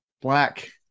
Black